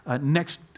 next